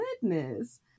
goodness